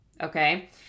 okay